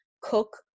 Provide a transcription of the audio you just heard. cook